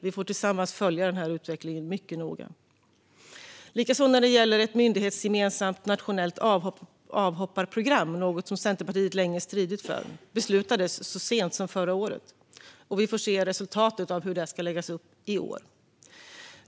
Vi får tillsammans följa utvecklingen mycket noga. Detsamma gäller frågan om ett myndighetsgemensamt nationellt avhopparprogram, något som Centerpartiet länge stridit för. Detta beslutades så sent som förra året. Vi får se resultatet och hur det ska läggas upp i år.